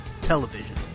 television